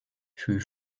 für